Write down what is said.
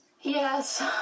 Yes